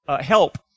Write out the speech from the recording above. help